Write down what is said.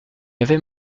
avais